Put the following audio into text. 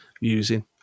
using